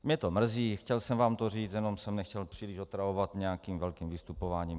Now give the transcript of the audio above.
Mě to mrzí, chtěl jsem vám to říct, jenom jsem nechtěl příliš otravovat nějakým velkým vystupováním.